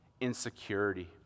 insecurity